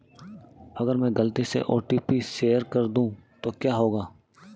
अगर मैं गलती से ओ.टी.पी शेयर कर दूं तो क्या होगा?